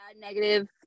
negative